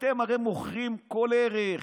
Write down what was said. אתם הרי מוכרים כל ערך.